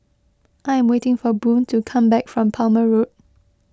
I am waiting for Boone to come back from Palmer Road